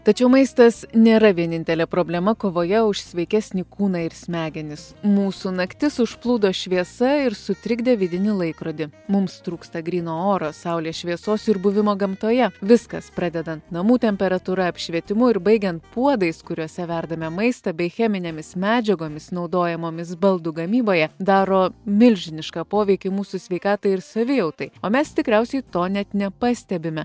tačiau maistas nėra vienintelė problema kovoje už sveikesnį kūną ir smegenis mūsų naktis užplūdo šviesa ir sutrikdė vidinį laikrodį mums trūksta gryno oro saulės šviesos ir buvimo gamtoje viskas pradedant namų temperatūra švietimu ir baigiant puodais kuriuose verdame maistą bei cheminėmis medžiagomis naudojamomis baldų gamyboje daro milžinišką poveikį mūsų sveikatai savijautai o mes tikriausiai to net nepastebime